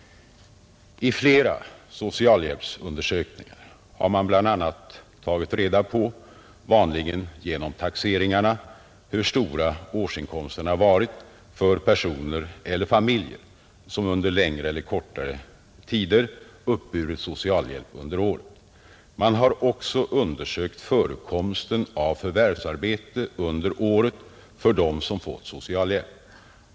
I flera socialhjälpsundersökningar har man bl.a. tagit reda på, vanligen genom taxeringarna, hur stora årsinkomsterna varit för personer eller familjer som under längre eller kortare tider under året uppburit socialhjälp. Man har också undersökt förekomsten av förvärvsarbete under året för dem som fått socialhjälp.